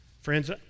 Friends